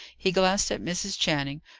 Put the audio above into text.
he glanced at mrs. channing,